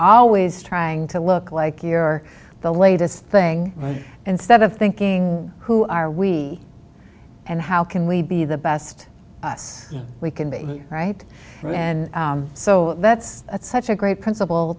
always trying to look like you're the latest thing instead of thinking who are we and how can we be the best us we can be right and so that's that's such a great princip